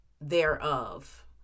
thereof